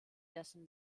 dessen